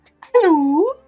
hello